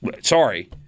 Sorry